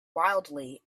wildly